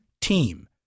team